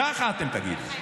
ככה אתם תגידו.